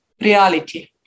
reality